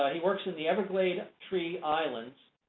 ah he works in the everglade tree islands.